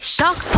Shock